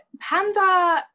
Panda